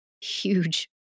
huge